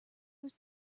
was